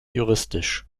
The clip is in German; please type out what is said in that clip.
juristisch